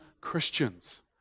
Christians